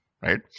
right